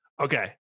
Okay